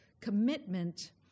commitment